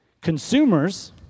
Consumers